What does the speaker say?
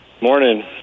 Morning